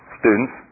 students